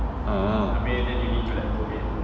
orh